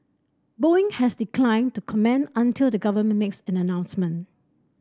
Boeing has declined to comment until the government makes an announcement